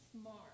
smart